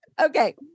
Okay